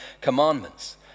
Commandments